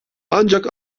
ancak